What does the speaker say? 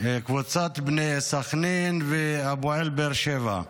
קבוצת בני סח'נין והפועל באר שבע.